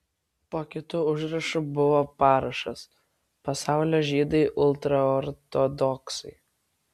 po kitu užrašu buvo parašas pasaulio žydai ultraortodoksai